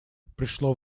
пришло